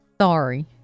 Sorry